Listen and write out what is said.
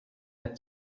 der